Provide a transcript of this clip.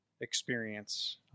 experience